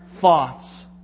thoughts